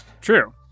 True